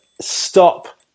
stop